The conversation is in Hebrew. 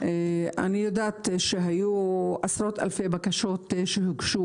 אני יודעת שהיו עשרות אלפי בקשות שהוגשו,